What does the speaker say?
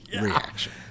reaction